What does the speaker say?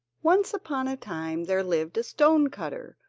once upon a time there lived a stone-cutter,